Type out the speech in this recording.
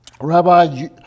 Rabbi